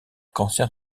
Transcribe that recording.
cancer